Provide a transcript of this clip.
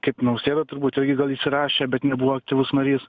kaip nausėda turbūt irgi gal įsirašė bet nebuvo aktyvus narys